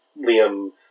Liam